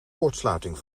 kortsluiting